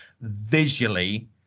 visually